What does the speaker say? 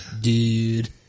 dude